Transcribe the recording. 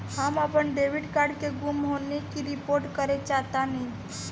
हम अपन debit card के गुम होने की रिपोर्ट करे चाहतानी